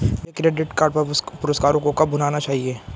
मुझे credit card पर पुरस्कारों को कब भुनाना चाहिए?